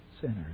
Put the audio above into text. sinners